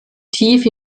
tief